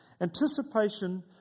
Anticipation